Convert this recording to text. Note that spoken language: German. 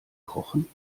kochen